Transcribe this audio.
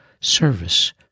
service